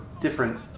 different